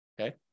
Okay